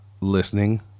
listening